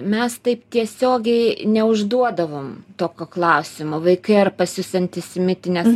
mes taip tiesiogiai neužduodavom tokio klausimo vaikai ar pas jus antisemitinės